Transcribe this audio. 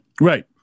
right